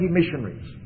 missionaries